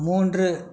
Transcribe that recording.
மூன்று